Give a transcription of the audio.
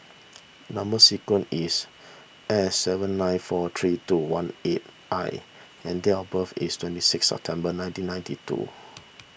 Number Sequence is S seven nine four three two one eight I and date of birth is twenty six September nineteen ninety two